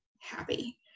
happy